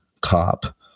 cop